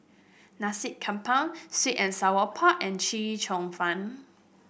Nasi Campur sweet and Sour Pork and Chee Cheong Fun